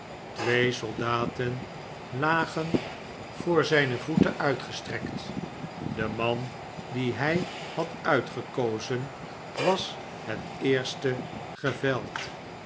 twee soldaten lagen voor zijne voeten uitgestrekt de man dien hij had uitgekozen was het eerste geveld